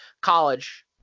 College